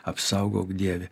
apsaugok dieve